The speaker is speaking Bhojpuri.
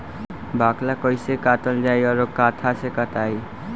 बाकला कईसे काटल जाई औरो कट्ठा से कटाई?